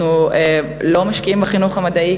אנחנו לא משקיעים בחינוך המדעי,